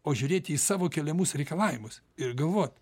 o žiūrėti į savo keliamus reikalavimus ir galvot